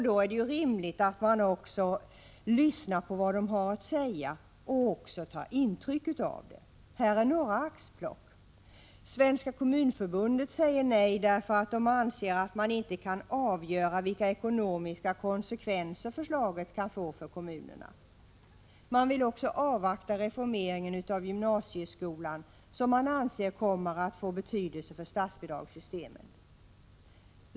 Då är det rimligt att man också lyssnar på vad de har att säga och att ta intryck av det. Här är några axplock: Svenska kommunförbundet säger nej därför att det anser att man inte kan avgöra vilka ekonomiska konsekvenser förslaget kan få för kommunerna. Man vill också avvakta reformeringen av gymnasieskolan, som man anser kommer att få betydelse för statsbidragssystemet.